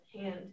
hand